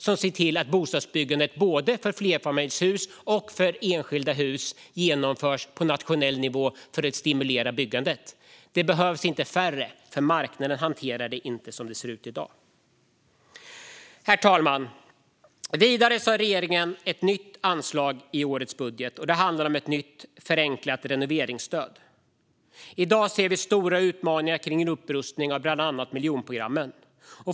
Jag vill därför se fler, inte färre, instrument på nationell nivå som stimulerar bostadsbyggandet av såväl flerfamiljs som enfamiljshus. Herr talman! Vidare har regeringen ett nytt anslag i årets budget, nämligen ett nytt förenklat renoveringsstöd. I dag ser vi stora utmaningar med upprustningen av bland annat miljonprogramsområdena.